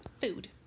Food